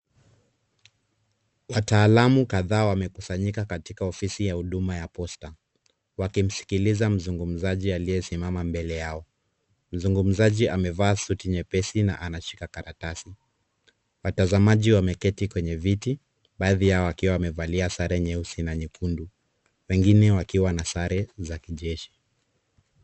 Wataalamu kadhaa wamekusanyika katika ofisi ya Huduma ya Posta. Wakimsikiliza mzungumzaji aliyesimama mbele yao. Mzungumzaji amevaa suti nyepesi na anashika karatasi. Watazamaji wameketi kwenye viti, baadhi yao wakiwa wamevalia sare nyeusi na nyekundu. Wengine wakiwa na sare za kijeshi.